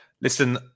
Listen